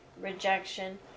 rejection